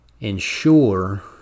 ensure